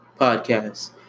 podcast